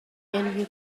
unrhyw